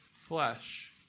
flesh